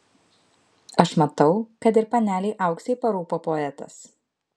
aš matau kad ir panelei auksei parūpo poetas